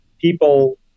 people